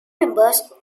members